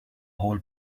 whole